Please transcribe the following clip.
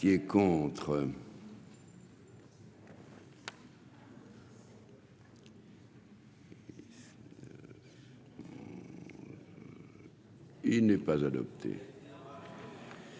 Qui est contre. Il n'est pas adopté.